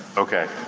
okay.